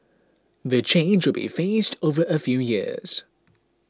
the change will be phased over a few years